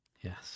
Yes